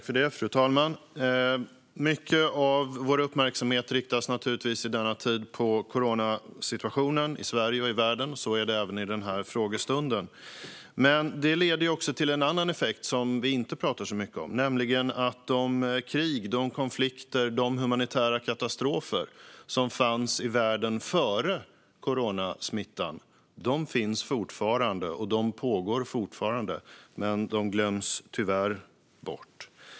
Fru talman! Mycket av vår uppmärksamhet riktas i denna tid mot coronasituationen i Sverige och i världen, så även under denna frågestund. Detta leder även till en annan effekt som vi inte pratar så mycket om, nämligen att de krig, konflikter och humanitära katastrofer som fanns i världen före coronasmittan fortfarande finns. De pågår fortfarande, men de glöms tyvärr bort.